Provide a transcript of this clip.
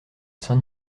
saint